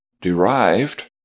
derived